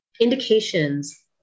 indications